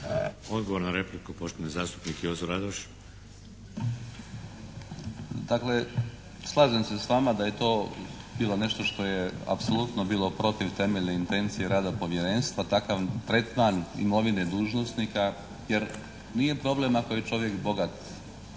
Odgovor na repliku, poštovani zastupnik Jozo Radoš. **Radoš, Jozo (HNS)** Dakle, slažem se s vama da je to bilo nešto što je apsolutno bilo protiv temeljne intencije rada Povjerenstva, takav tretman imovine dužnosnika jer nije problem ako je čovjek bogat,